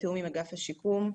בתיאום עם אגף השיקום.